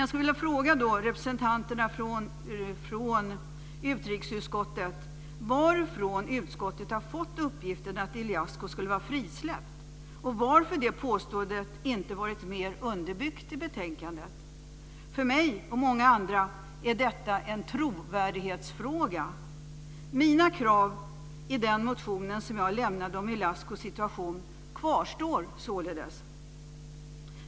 Jag skulle då i stället vilja fråga de övriga företrädarna för utrikesutskottet varifrån de har fått uppgiften att Ilascu skulle vara frisläppt och varför det påståendet inte varit mera underbyggt i betänkandet. För mig och många andra är detta en trovärdighetsfråga. Kraven i den motion som jag väckt om Ilascus situation kvarstår således.